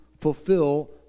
fulfill